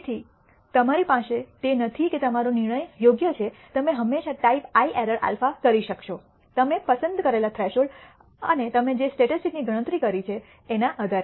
તેથી તમારી પાસે તે નથી કે તમારો નિર્ણય યોગ્ય છે તમે હંમેશાં ટાઈપ આઇ એરર α કરી શકશો તમે પસંદ કરેલા થ્રેશોલ્ડ અને તમે જે સ્ટેટિસ્ટિક્સ ની ગણતરી કરી છે તેના આધારે